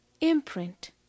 imprint